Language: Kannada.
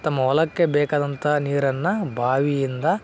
ತಮ್ಮ ಹೊಲಕ್ಕೆ ಬೇಕಾದಂಥ ನೀರನ್ನು ಬಾವಿಯಿಂದ